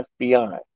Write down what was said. FBI